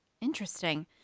Interesting